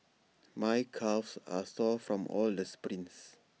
my calves are sore from all the sprints